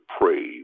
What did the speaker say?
pray